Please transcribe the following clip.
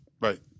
Right